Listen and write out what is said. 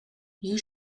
you